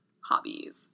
hobbies